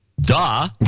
duh